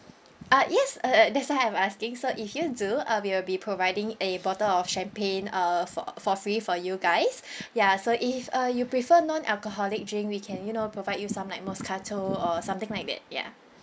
ah yes uh uh that's why I'm asking so if you do uh we'll be providing a bottle of champagne uh for for free for you guys ya so if uh you prefer non alcoholic drink we can you know provide you some like moscato or something like that ya